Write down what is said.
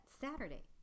Saturday